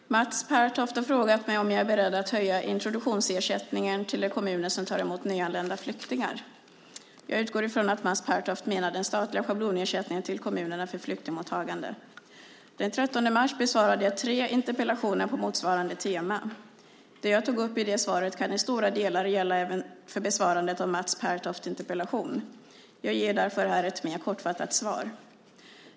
Herr talman! Mats Pertoft har frågat mig om jag är beredd att höja introduktionsersättningen till de kommuner som tar emot nyanlända flyktingar. Jag utgår från att Mats Pertoft menar den statliga schablonersättningen till kommunerna för flyktingmottagande. Den 13 mars besvarade jag tre interpellationer på motsvarande tema. Det jag tog upp i det svaret kan i stora delar gälla även för besvarandet av Mats Pertofts interpellation. Jag ger därför här ett mer kortfattat svar.